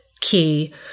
key